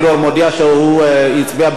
לא עברה בטרומית.